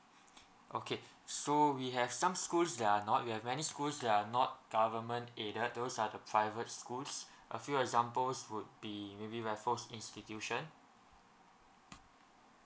okay so we have some schools that are not we have many schools that are not government aided those are the private schools a few examples would be maybe raffles institution